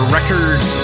Records